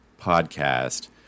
Podcast